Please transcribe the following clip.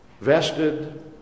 vested